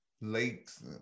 lakes